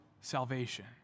salvation